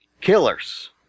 killers